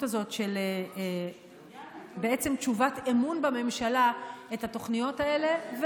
הזאת של תשובת אמון בממשלה את התוכניות האלה,